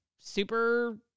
super